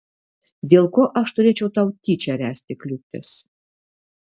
dėl ko aš turėčiau tau tyčia ręsti kliūtis